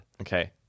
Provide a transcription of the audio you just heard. Okay